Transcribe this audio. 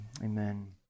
Amen